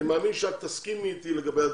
אני מאמין שאת תסכימי אתי לגבי הדברים.